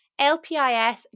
LPIS